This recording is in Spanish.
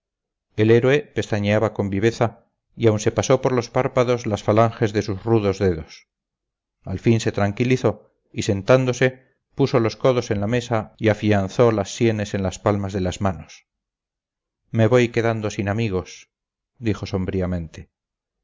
el héroe pestañeaba con viveza y aun se pasó por los párpados las falanges de sus rudos dedos al fin se tranquilizó y sentándose puso los codos en la mesa y afianzó las sienes en las palmas de las manos me voy quedando sin amigos dijo